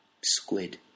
squid